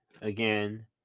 again